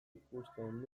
ikusten